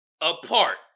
apart